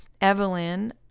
Evelyn